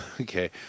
Okay